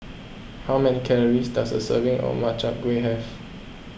how many calories does a serving of Makchang Gui have